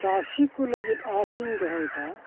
ᱪᱟᱥᱤᱠᱚ ᱞᱟᱹᱜᱤᱫ ᱟᱥᱤᱧ ᱫᱚᱦᱚᱭᱮᱫᱟ